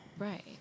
Right